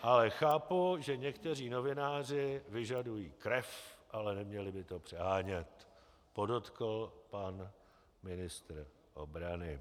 Ale chápu, že někteří novináři vyžadují krev, ale neměli by to přehánět, podotkl pan ministr obrany.